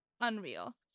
unreal